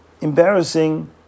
embarrassing